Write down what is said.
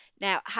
Now